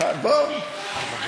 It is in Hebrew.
בואו.